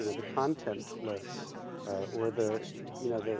and the content-less, or the, you, know the,